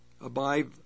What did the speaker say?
abide